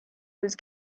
was